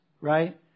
right